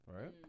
Right